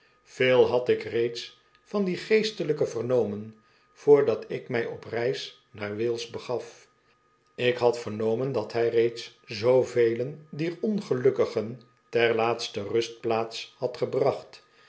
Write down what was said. veel had ik reeds van dien geestelijke vernomen voordat ik mij op reis naar wales fcegaf ik had vernomen dat hij reeds zoo velen dier ongelukkigen ter laatste rustplaats had gebracht